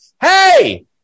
hey